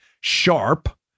sharp